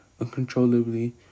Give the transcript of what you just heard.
uncontrollably